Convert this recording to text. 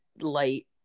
light